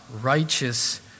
righteous